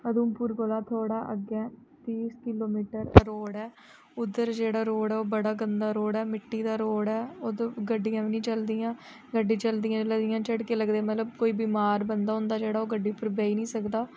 उधमपुर कोला थोह्ड़ा अग्गैं तीस किलो मीटर रोड़ ऐ उद्धर जेह्ड़ा रोड़ ऐ ओह् बड़ा गंदा रोड़ ऐ मिट्टी दा रोड़ ऐ उद्धर गड्डियां बी नेईं चलदियां गड्डी चलदियां जेल्लै इयां झड़के लगदे मतलब कोई बीमार बंदा होंदा जेह्ड़ा ओह् गड्डी पर बेही नी सकदा